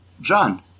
John